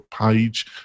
page